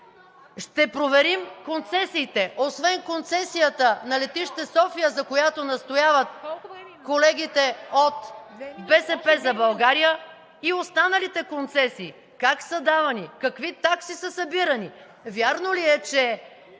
Ще проверим концесиите. Освен концесията на летище София, за която настояват колегите от „БСП за България“, и останалите концесии – как са давани, какви такси са събирани? Вярно ли е, че